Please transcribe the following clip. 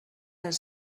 els